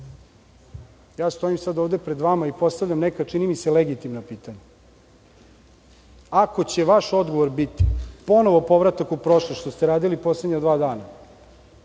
Stojim sad ovde pred vama i postavljam neka, čini mi se, legitimna pitanja. Ako će vaš odgovor biti ponovo povratak u prošlost, što ste radili poslednja dva dana,